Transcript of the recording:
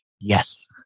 yes